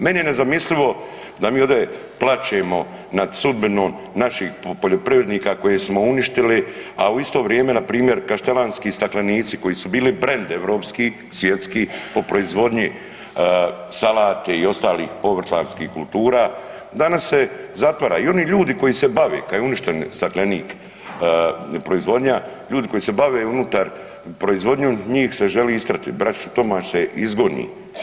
Meni je nezamislivo da mi ovde plačemo nad sudbinom naših poljoprivrednika koje smo uništili, a u isto vrijeme npr. kaštelanski staklenici koji su bili brend europski, svjetski po proizvodnji salate i ostalih povrtlarskih kultura, danas se zatvara i oni ljudi koji se bave kad je uništen staklenik, proizvodnja, ljudi koji se bave unutar proizvodnjom njih se želi istrati, braću Tomaš se izgoni.